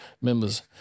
members